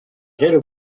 zero